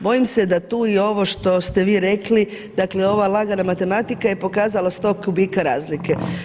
Bojim se da tu i ovo što ste vi rekli, dakle ova lagana matematika je pokazala sto kubika razlike.